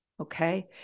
Okay